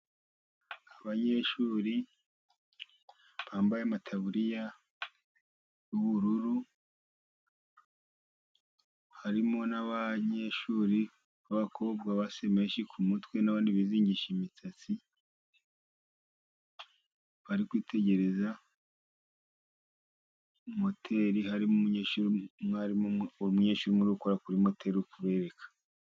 Abanyeshuri bambaye amataburiya y'ubururu, harimo n'abanyeshuri b'abakobwa bashyize meshi ku mutwe n'abandi bizingishije imisatsi, bari kwitegereza moteri. Harimo umunyeshuri umwe uri gukora kuri moteri ari kubereka.